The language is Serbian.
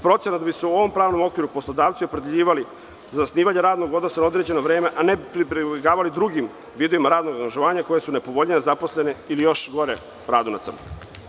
Procena je da bi se u ovom pravnom okviru poslodavci opredeljivali za zasnivanje radnog odnosa na određeno vreme, a ne bi pribegavali drugim vidovima radnog angažovanja koja su nepovoljnija za zaposlene ili, još gore, radu na crno.